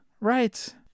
right